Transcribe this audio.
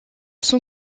son